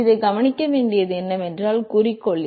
இப்போது கவனிக்க வேண்டியது என்னவென்றால் குறிக்கோள்